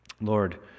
Lord